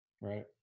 Right